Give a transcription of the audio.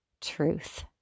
truth